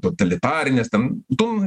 totalitarinės ten tom